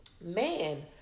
Man